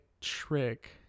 trick